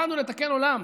באנו לתקן עולם.